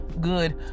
good